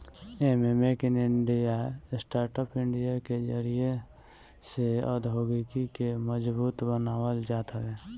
एमे make in India, startup India के जरिया से औद्योगिकी के मजबूत बनावल जात हवे